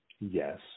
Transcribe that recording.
Yes